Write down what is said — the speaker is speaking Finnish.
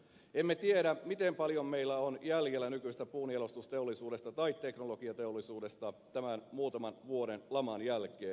emme tiedä miten paljon meillä on jäljellä nykyisestä puunjalostusteollisuudesta tai teknologiateollisuudesta tämän muutaman vuoden laman jälkeen